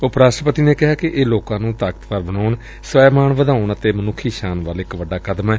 ਉਪ ਰਾਸਟਰਪਤੀ ਨੇ ਕਿਹਾ ਕਿ ਇਹ ਲੋਕਾ ਨੂੰ ਤਾਕਤਵਾਰ ਬਣਾਉਣ ਸਵੈ ਮਾਣ ਵਧਾਉਣ ਅਤੇ ਮਨੁੱਖੀ ਸ਼ਾਨ ਵੱਲ ਇਕ ਵੱਡਾ ਕਦਮ ਏ